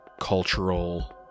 cultural